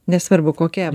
nesvarbu kokia